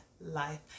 life